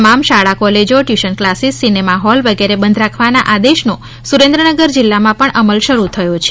તમામ શાળા કોલેજો ટ્યુશન કલાસિસ સિનેમા હોલ વગેરે બંધ રાખવાના આદેશનો સુરેન્દ્રનગર જીલ્લામાં પણ અમલ શરૂ થયો છે